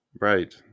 Right